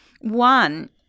one